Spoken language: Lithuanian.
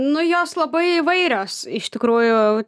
nu jos labai įvairios iš tikrųjų